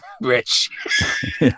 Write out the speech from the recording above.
rich